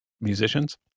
musicians